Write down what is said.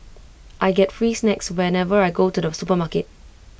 I get free snacks whenever I go to the supermarket